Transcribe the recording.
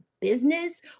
business